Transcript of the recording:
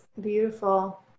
beautiful